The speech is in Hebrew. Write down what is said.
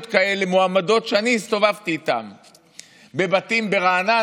זה לאותם אנשים שעומדים בפני פיצוץ ברחובות,